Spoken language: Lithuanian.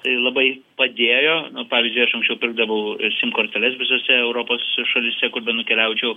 tai labai padėjo pavyzdžiui aš anksčiau pirkdavau sim korteles visose europos šalyse kur benukeliaučiau